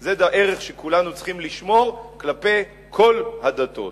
זה ערך שכולנו צריכים לשמור כלפי כל הדתות.